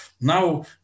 Now